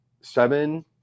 seven